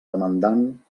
demandant